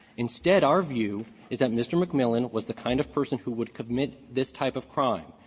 instead, our view is that mr. mcmillan was the kind of person who would commit this type of crime.